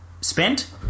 spent